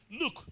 look